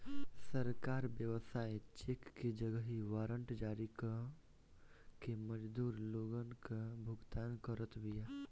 सरकार व्यवसाय चेक के जगही वारंट जारी कअ के मजदूर लोगन कअ भुगतान करत बिया